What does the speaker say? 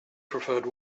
preferred